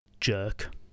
Jerk